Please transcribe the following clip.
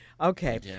Okay